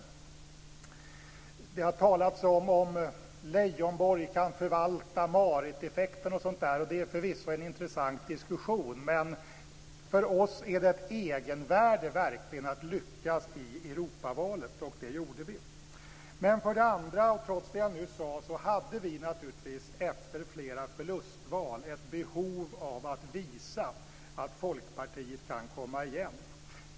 Det har talats om huruvida Leijonborg kan förvalta Mariteffekten osv., och det är förvisso en intressant diskussion. Men för oss verkligen ett egenvärde att lyckas i Europavalet, och det gjorde vi. För det andra, och trots det jag nu sade, hade vi naturligtvis efter flera förlustval ett behov av att visa att Folkpartiet kan komma igen.